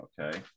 okay